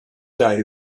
day